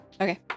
Okay